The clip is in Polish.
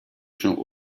się